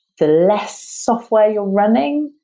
the less software you're running,